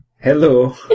hello